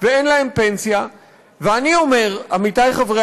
אז למה הם לא זכאים,